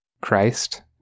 Christ